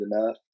enough